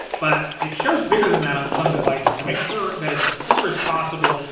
but it shows bigger than that on some devices. to make sure that it's as clear as possible,